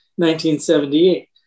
1978